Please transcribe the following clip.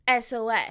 SOS